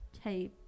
hey